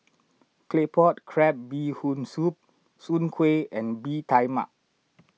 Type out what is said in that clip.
Claypot Crab Bee Hoon Soup Soon Kway and Bee Tai Mak